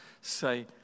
say